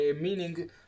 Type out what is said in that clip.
meaning